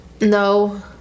No